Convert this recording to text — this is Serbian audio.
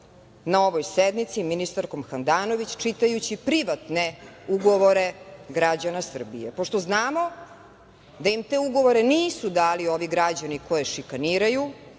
na ovoj sednici, ministarkom Handanović, čitajući privatne ugovore građana Srbije. Pošto znamo da im te ugovore nisu dali ovi građani koje šikaniraju,